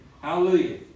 Hallelujah